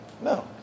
No